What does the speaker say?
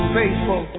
faithful